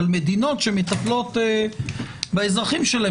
אבל מדינות שמטפלות באזרחים שלהן,